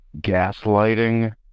gaslighting